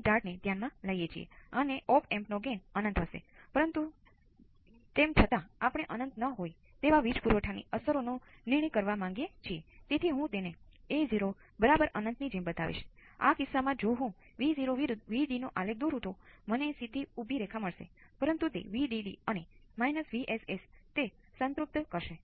t 2 micro second